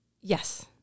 Yes